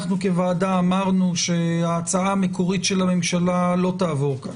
אנחנו כוועדה אמרנו שההצעה המקורית של הממשלה לא תעבור.